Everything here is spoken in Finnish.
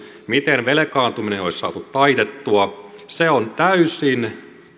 miten velkaantuminen olisi saatu taitettua on täysin